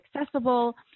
accessible